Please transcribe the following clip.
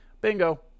Bingo